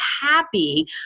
happy